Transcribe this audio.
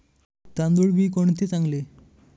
तांदूळ बी कोणते चांगले?